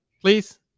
please